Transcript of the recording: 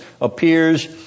appears